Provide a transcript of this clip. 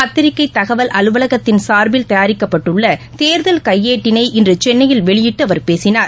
பத்திரிகை தகவல் அலுவலகத்தின் சார்பில் தயாரிக்கப்பட்டுள்ள தேர்தல் கையேட்டினை இன்று சென்னையில் வெளியிட்டு அவர் பேசினார்